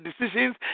decisions